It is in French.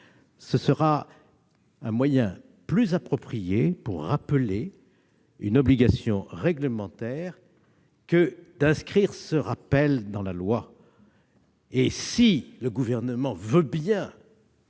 Ce sera un moyen plus approprié pour rappeler une obligation réglementaire que l'inscription de ce rappel dans la loi. Si le Gouvernement veut bien